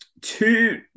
two